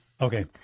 Okay